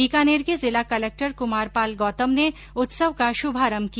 बीकानेर के जिला कलेक्टर कुमारपाल गौतम ने उत्सव का शुभारम्भ किया